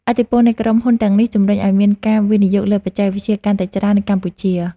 ឥទ្ធិពលនៃក្រុមហ៊ុនទាំងនេះ ជំរុញឱ្យមានការវិនិយោគលើបច្ចេកវិទ្យាកាន់តែច្រើននៅកម្ពុជា។